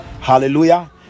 hallelujah